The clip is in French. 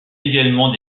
également